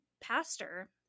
pastor